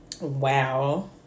Wow